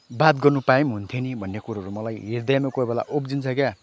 बात गर्न पाए पनि हुन्थ्यो नि भन्ने कुरोहरू मलाई हृदयमा कोही बेला उब्जिन्छ क्या